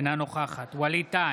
אינה נוכחת ווליד טאהא,